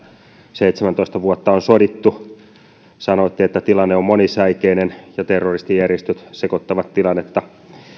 seitsemäntoista vuotta on sodittu sanoitte että tilanne on monisäikeinen ja terroristijärjestöt sekoittavat tilannetta